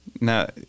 Now